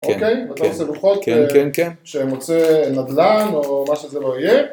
אוקיי? ואתה רוצה לוחות שמוצא נדלן או מה שזה לא יהיה?